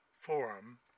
Forum